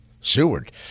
Seward